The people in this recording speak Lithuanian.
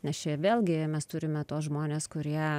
nes čia vėlgi mes turime tuos žmones kurie